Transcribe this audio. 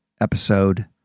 episode